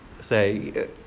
say